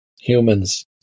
humans